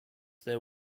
there